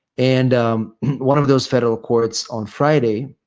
and one of those federal courts on friday